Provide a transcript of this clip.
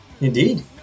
Indeed